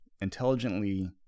intelligently